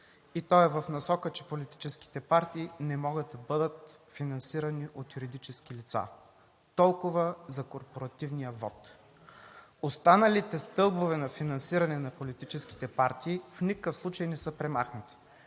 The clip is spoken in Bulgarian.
и то е в насока, че политическите партии не могат да бъдат финансирани от юридически лица. Толкова за корпоративния вот. Останалите стълбове на финансиране на политическите партии в никакъв случай не са премахнати.